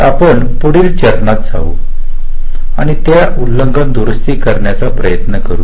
तर आपण पुढील चरणात जाऊ आणि त्या उल्लंघन दुरुस्त करण्याचा प्रयत्न करू